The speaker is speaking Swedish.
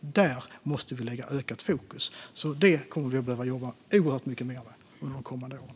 Där måste vi lägga ökat fokus, så det kommer vi att behöva jobba oerhört mycket mer med under de kommande åren.